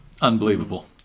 unbelievable